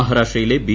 മഹാരാഷ്ട്രയിലെ ബി